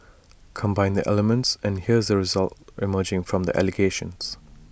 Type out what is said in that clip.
combine the elements and here's the result emerging from the allegations